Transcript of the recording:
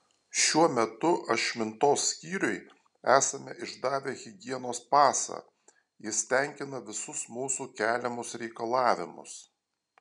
šiuo metu ašmintos skyriui esame išdavę higienos pasą jis tenkina visus mūsų keliamus reikalavimus